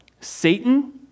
Satan